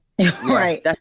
right